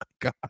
God